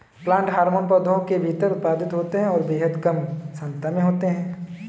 plant hormone पौधों के भीतर उत्पादित होते हैंऔर बेहद कम सांद्रता में होते हैं